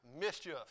mischief